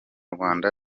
rwanda